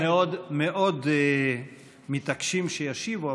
אנחנו מאוד מתעקשים שישיבו,